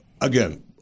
again